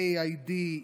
AID,